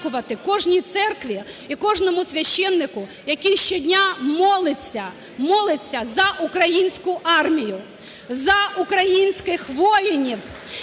кожній церкві і кожному священику, який щодня молиться, молиться за Українську армію, за українських воїнів,